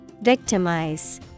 Victimize